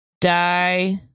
die